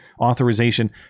authorization